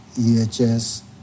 EHS